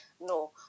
no